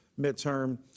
midterm